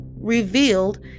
revealed